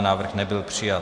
Návrh nebyl přijat.